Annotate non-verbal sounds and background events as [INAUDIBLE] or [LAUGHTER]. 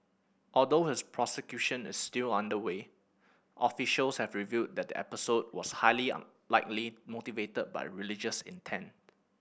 although his prosecution is still underway officials have revealed that the episode was highly [UNINTELLIGIBLE] likely motivated by religious intent